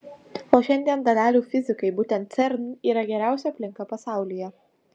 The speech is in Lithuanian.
o šiandien dalelių fizikai būtent cern yra geriausia aplinka pasaulyje